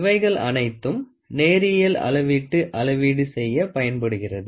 இவைகள் அனைத்தும் நேரியல் அளவீட்டு அளவீடு செய்ய பயன்படுகிறது